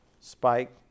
spike